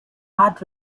heart